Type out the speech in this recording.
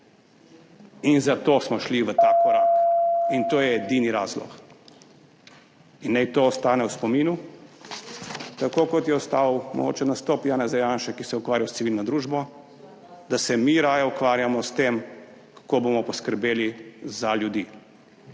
In zato smo šli v ta korak. In to je edini razlog in naj to ostane v spominu tako, kot je ostal mogoče nastop Janeza Janše, ki se ukvarja s civilno družbo, da se mi raje ukvarjamo s tem, kako bomo poskrbeli za ljudi,